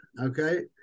okay